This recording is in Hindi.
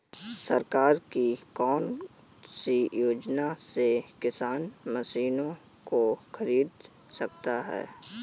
सरकार की कौन सी योजना से किसान मशीनों को खरीद सकता है?